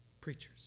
preachers